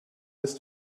ist